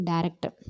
Director